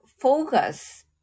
focus